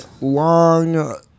long